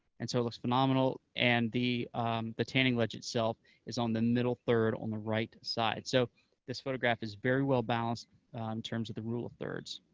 and so it looks phenomenal, and the the tanning ledge itself is on the middle third on the right side. so this photograph is very well-balanced in terms of the rule of thirds.